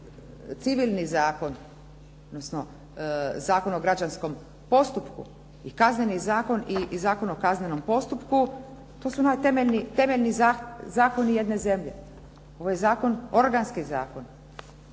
civilni zakon odnosno Zakon o građanskom postupku i Kazneni zakon i Zakon o kaznenom postupku to su temeljni zakoni jedne zemlje. Ovo je zakon, organski zakon